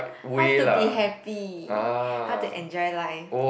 how to be happy how to enjoy life